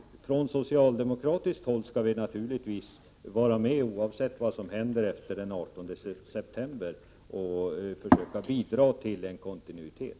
Från socialdemokratiskt håll skall vi naturligtvis vara med, oavsett vad som händer efter den 18 september, och försöka bidra till en kontinuitet.